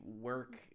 work